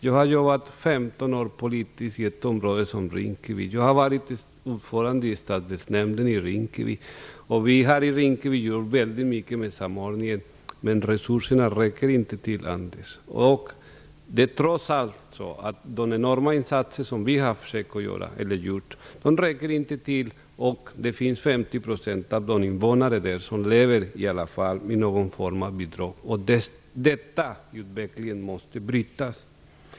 Jag har jobbat politiskt i 15 år i ett område som Rinkeby. Jag har varit ordförande i stadsdelsnämnden i Rinkeby. Vi har arbetat mycket med samordningen i Rinkeby. Men resurserna räcker inte till. De enorma insatser vi har gjort räcker inte till. 50 % av invånarna lever i någon form av bidragsberoende. Den utvecklingen måste brytas.